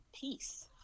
peace